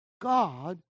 God